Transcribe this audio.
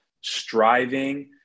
striving